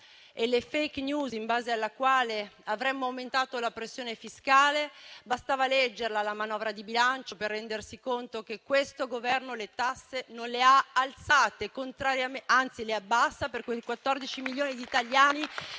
e la *fake news* in base alla quale avremmo aumentato la pressione fiscale: bastava leggere la manovra di bilancio per rendersi conto che questo Governo le tasse non le ha alzate, anzi le abbassa per quei 14 milioni di italiani